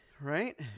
Right